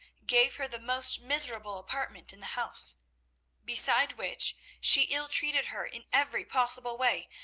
gave her the most miserable apartment in the house beside which, she ill-treated her in every possible way,